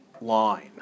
line